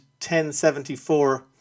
1074